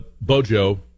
Bojo